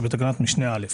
שבתקנת משנה (א).